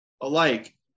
alike